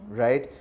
right